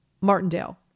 Martindale